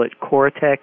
cortex